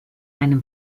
einem